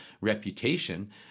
reputation